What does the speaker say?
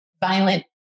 violent